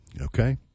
Okay